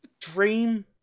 Dream